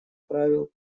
правил